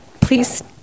please